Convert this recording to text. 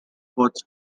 sports